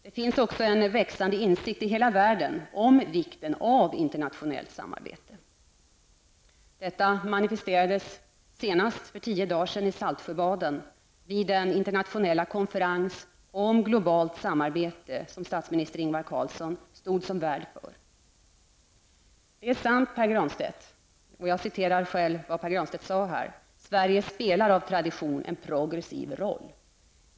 Det finns också en växande insikt i hela världen om vikten av internationellt samarbete. Detta manifesterades senast för 10 dagar sedan i Saltsjöbaden vid den internationella konferens om globalt samarbete som statsminister Ingvar Carlsson stod som värd för. Det är riktigt som Pär Granstedt sade att Sverige av tradition spelar en progressiv roll.